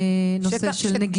נושא של נגישות.